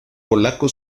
polaco